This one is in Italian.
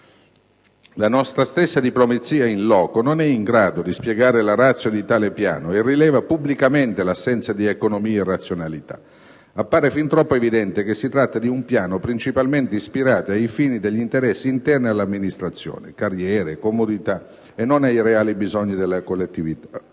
La nostra stessa diplomazia *in loco* non è in grado di spiegare la *ratio* di tale piano e rileva pubblicamente l'assenza di economie e razionalità. Appare fin troppo evidente che si tratta di un piano principalmente ispirato ai fini degli interessi interni all'amministrazione (carriere, comodità) e non ai reali bisogni della collettività.